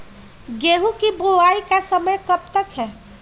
गेंहू की बुवाई का समय कब तक है?